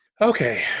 Okay